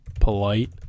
Polite